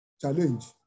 challenge